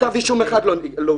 כתב אישום אחד לא הוגש